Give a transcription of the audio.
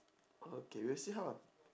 okay we'll see how lah